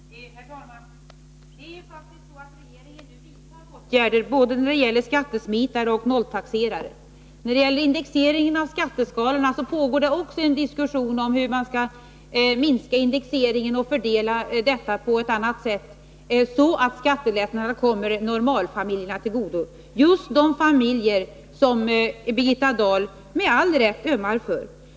Herr talman! Det är faktiskt så att regeringen nu vidtar åtgärder när det gäller både skattesmitare och nolltaxerare. | När det gäller indexeringen av skatteskalorna pågår det också en diskussion om hur man skall minska indexeringen och fördela på ett annat sätt, så att skattelättnaderna kommer normalfamiljerna till godo — just de familjer som Birgitta Dahl med all rätt ömmar för.